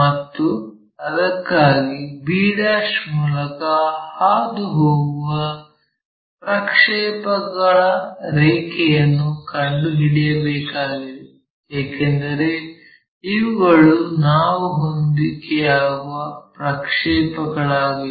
ಮತ್ತು ಅದಕ್ಕಾಗಿ b' ಮೂಲಕ ಹಾದುಹೋಗುವ ಪ್ರಕ್ಷೇಪಕ ರೇಖೆಯನ್ನು ಕಂಡುಹಿಡಿಯಬೇಕಾಗಿದೆ ಏಕೆಂದರೆ ಇವುಗಳು ಅವು ಹೊಂದಿಕೆಯಾಗುವ ಪ್ರಕ್ಷೇಪಗಳಾಗಿವೆ